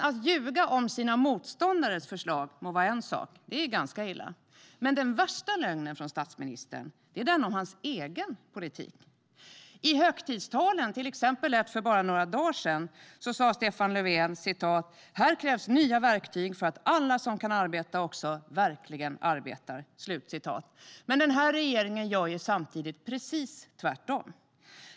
Att ljuga om sina motståndares förslag må vara en sak - det är ganska illa - men den värsta lögnen från statsministern är den om hans egen politik. I högtidstalen, till exempel i ett för bara några dagar sedan, säger Stefan Löfven: "Här krävs nya verktyg för att alla som kan arbeta också verkligen arbetar." Samtidigt gör regeringen precis tvärtom.